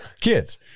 kids